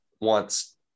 wants